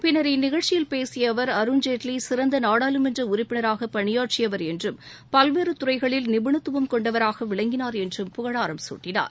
பின்னர் இந்நிகழ்ச்சியில் பேசிய அவர் அருண்ஜேட்வி சிறந்த நாடாளுமன்ற உறுப்பினராக பணியாற்றியவர் என்றும் பல்வேறு துறைகளில் நிபுணத்துவம் கொண்டவராக விளங்கினார் என்றும் புகழாராம் சூட்டினார்